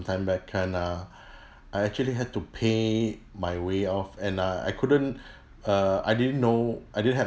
time back and uh I actually had to pay my way off and uh I couldn't uh I didn't know I didn't have